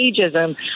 ageism